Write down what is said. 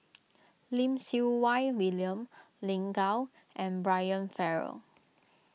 Lim Siew Wai William Lin Gao and Brian Farrell